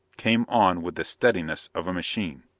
came on with the steadiness of a machine.